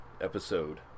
episode